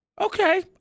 Okay